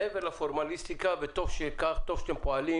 מעבר לפורמליסטיקה וטוב שאתם פועלים